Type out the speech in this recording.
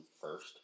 first